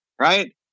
Right